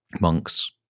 Monks